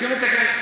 צריכים לתקן.